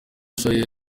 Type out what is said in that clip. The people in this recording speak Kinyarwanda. uyu